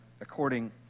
according